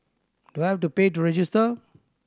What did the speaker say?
do I have to pay to register